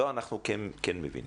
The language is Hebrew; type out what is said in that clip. לא, אנחנו כן מבינים.